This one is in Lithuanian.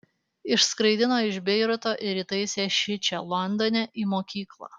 išskraidino iš beiruto ir įtaisė šičia londone į mokyklą